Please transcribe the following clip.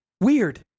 weird